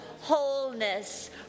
wholeness